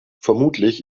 vermutlich